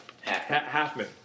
halfman